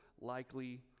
likely